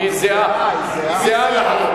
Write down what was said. היא זהה.